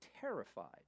terrified